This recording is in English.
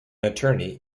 attorney